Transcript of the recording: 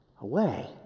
away